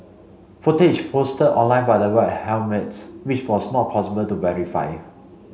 footage posted online by the White Helmets which was not possible to verify